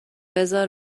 بزار